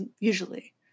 Usually